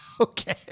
Okay